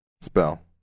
spell